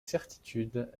certitude